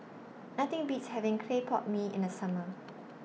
Nothing Beats having Clay Pot Mee in The Summer